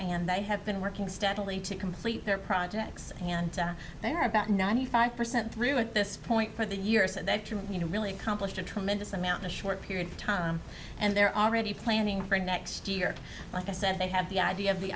and they have been working steadily to complete their projects and they're about ninety five percent through at this point for the year you know really accomplished a tremendous amount of short period of time and they're already planning for next year like i said they have the idea of the